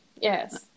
yes